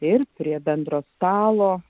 ir prie bendro stalo